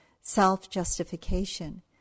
self-justification